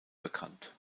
bekannt